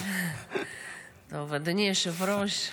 אדוני היושב-ראש,